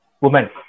woman